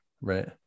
Right